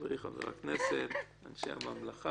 חברי חבר הכנסת, אנשי הממלכה,